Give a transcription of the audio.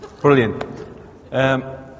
brilliant